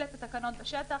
להפעיל את התקנות בשטח,